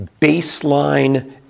baseline